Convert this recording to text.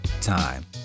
time